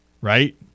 Right